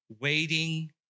waiting